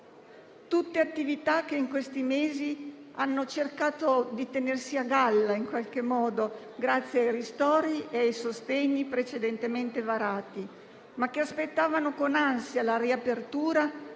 tutte attività che in questi mesi hanno cercato di tenersi a galla, in qualche modo, grazie ai ristori e ai sostegni precedentemente varati, ma che aspettavano con ansia la riapertura